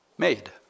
made